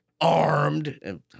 armed